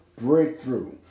breakthrough